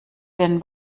den